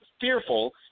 fearful